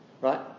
Right